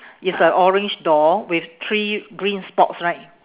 it's a orange door with three green spots right